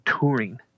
touring